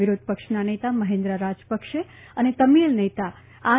વિરોધપક્ષના નેતા મહિન્દા રાજપક્ષે અને તમિળ નેતા આર